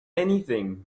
anything